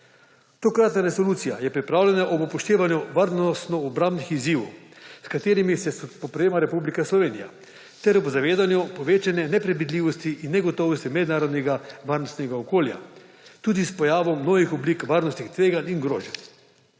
Tokratna resolucija je pripravljena ob upoštevanju varnostno–obrambnih izzivov, s katerimi se spoprijema Republika Slovenija ter ob zavedanju povečane nepredvidljivosti in negotovosti mednarodnega varnostnega okolja, tudi s pojavom novih oblik varnostnih tveganj in groženj.